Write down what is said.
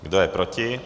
Kdo je proti?